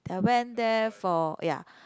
I went there for ya